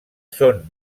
són